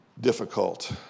difficult